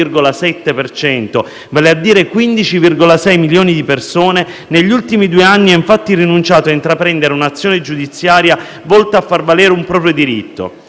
cento, vale a dire 15,6 milioni di persone, negli ultimi due anni ha infatti rinunciato a intraprendere un'azione giudiziaria volta a far valere un proprio diritto: